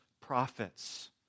prophets